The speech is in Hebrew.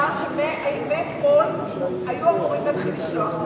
אמר שמאתמול היו אמורים להתחיל לשלוח.